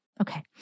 Okay